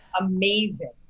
amazing